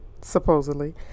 supposedly